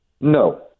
no